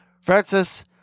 Francis